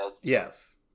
Yes